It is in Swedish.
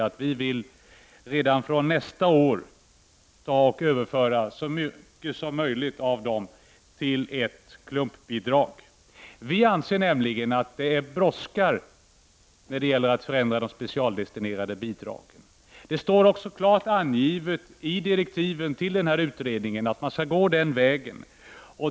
Vi moderater vill redan från nästa år överföra så mycket som möjligt av de medlen till ett klumpbidrag. Vi anser nämligen att det brådskar när det gäller att förändra de specialdestinerade bidragen. Det står också klart angivet i direktiven till utredningen att man skall gå den vägen.